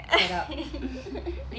shut up